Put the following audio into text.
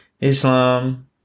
Islam